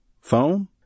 Phone